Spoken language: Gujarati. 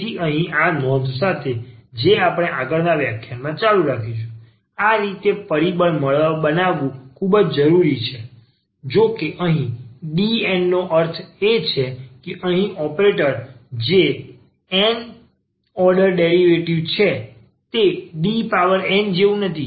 તેથી અહીં આ નોંધ સાથે જે આપણે આગળનાં વ્યાખ્યાનમાં ચાલુ રાખીશું આ રીતે આ રીતે પરિબળ બનાવવું ખૂબ જ ઉપયોગી છે જોકે અહીં D n નો અર્થ એ છે કે અહીં જે ઓપરેટર છે જે n ઓર્ડર ડેરિવેટિવ છે તે D પાવર n જેવું નથી